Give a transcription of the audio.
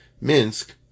Minsk